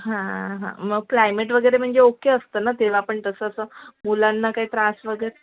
हां हां मग क्लायमेट वगैरे म्हणजे ओके असतं ना तेव्हा पण तसं असं मुलांना काही त्रास वगैरे